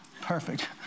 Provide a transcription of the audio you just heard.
perfect